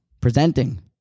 presenting